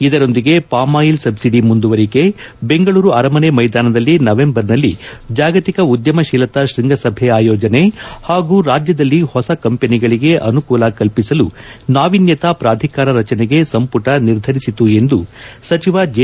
ಇದರೊಂದಿಗೆ palm oil subsidy ಮುಂದುವರಿಕೆ ಬೆಂಗಳೂರು ಅರಮನೆ ಮೈದಾನದಲ್ಲಿ ನವೆಂಬರ್ನಲ್ಲಿ ಜಾಗತಿಕ ಉದ್ದಮಶೀಲತಾ ಶೃಂಗಸಭೆ ಆಯೋಜನೆ ಹಾಗೂ ರಾಜ್ದದಲ್ಲಿ ಹೊಸ ಕಂಪನಿಗಳಿಗೆ ಅನುಕೂಲ ಕಲ್ಪಿಸಲು ನಾವಿನ್ಯತಾ ಪ್ರಾಧಿಕಾರ ರಚನೆಗೆ ಸಂಪುಟ ನಿರ್ಧರಿಸಿತು ಎಂದು ಸಚಿವ ಜಿ